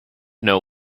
know